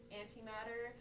antimatter